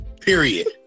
Period